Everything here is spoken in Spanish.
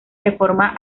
reforma